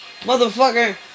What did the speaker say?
Motherfucker